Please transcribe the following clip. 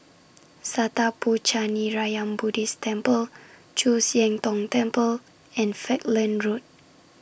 Sattha Puchaniyaram Buddhist Temple Chu Siang Tong Temple and Falkland Road